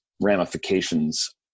ramifications